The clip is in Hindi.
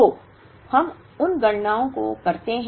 तो हम उन गणनाओं को करते हैं